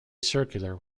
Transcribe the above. circular